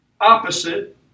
opposite